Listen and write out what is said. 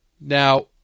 Now